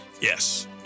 Yes